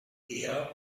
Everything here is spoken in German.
eher